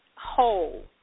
whole